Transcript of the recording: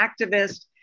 activist